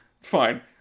Fine